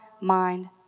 mind